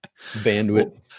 bandwidth